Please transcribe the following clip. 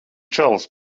čalis